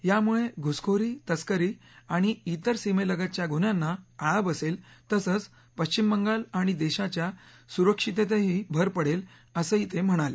यामुळे घुसखोरी तस्करी आणि त्रेर सीमेलगतच्या गुन्ह्यांना आळा बसेल तसंच पक्षिम बंगाल आणि देशाच्या सुरक्षिततेतही भर पडेल असंही ते म्हणाले